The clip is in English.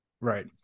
Right